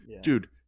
Dude